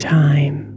time